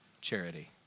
charity